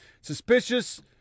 Suspicious